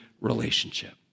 relationship